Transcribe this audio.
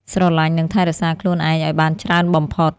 ស្រឡាញ់ និងថែរក្សាខ្លួនឯងឱ្យបានច្រើនបំផុត។